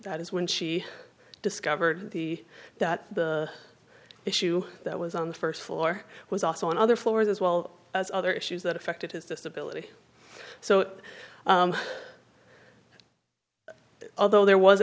that is when she discovered the that the issue that was on the first floor was also on other floors as well as other issues that affected his disability so although there was